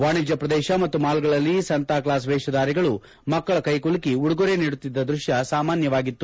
ವಾಣಿಜ್ಯ ಪ್ರದೇಶ ಮತ್ತು ಮಾಲ್ಗಳಲ್ಲಿ ಸಾಂತಾಕ್ಷಾಸ್ ವೇಷಧಾರಿಗಳು ಮಕ್ಕಳ ಕೈಕುಲುಕಿ ಉಡುಗೊರೆ ನೀಡುತ್ತಿದ್ದ ದೃಶ್ಯ ಸಾಮಾನ್ಯವಾಗಿತ್ತು